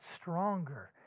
stronger